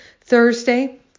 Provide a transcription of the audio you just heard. Thursday